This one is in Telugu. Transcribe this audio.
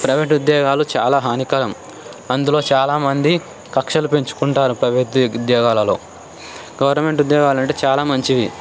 ప్రైవేటు ఉద్యోగాలు చాలా హానికరం అందులో చాలామంది కక్ష్యలు పెంచుకుంటారు ప్రైవేటు ఉద్యోగాలలో గవర్నమెంట్ ఉద్యోగాలు అంటే చాలా మంచిది